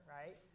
right